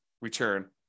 return